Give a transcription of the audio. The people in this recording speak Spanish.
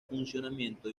funcionamiento